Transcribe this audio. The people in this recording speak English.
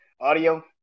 audio